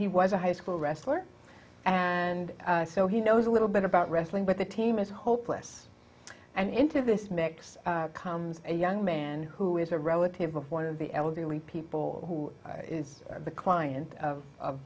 he was a high school wrestler and so he knows a little bit about wrestling but the team is hopeless and into this mix comes a young man who is a relative of one of the elderly people who is the client of